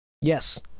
Yes